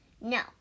No